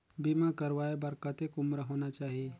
बीमा करवाय बार कतेक उम्र होना चाही?